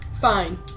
Fine